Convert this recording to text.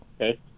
okay